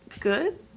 good